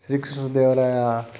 Shrikrishna Devaraya